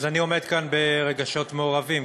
אני עומד כאן ברגשות מעורבים,